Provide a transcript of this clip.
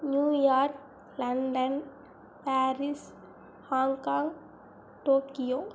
New York London Paris Hong Kong Tokyo